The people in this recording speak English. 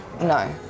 No